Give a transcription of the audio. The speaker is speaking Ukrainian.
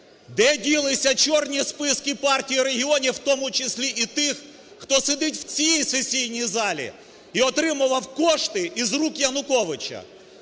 Де ділися чорні списки Партії регіонів, в тому числі і тих, хто сидить в цій сесійній залі і отримував кошти із рук Януковича?